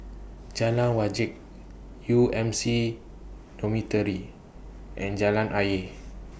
Jalan Wajek U M C Dormitory and Jalan Ayer